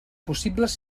possibles